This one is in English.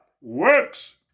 works